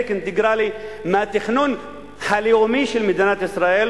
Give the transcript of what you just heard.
אינטגרלי מהתכנון הלאומי של מדינת ישראל,